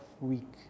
week